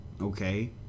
okay